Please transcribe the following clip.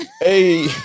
Hey